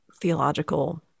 theological